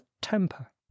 temper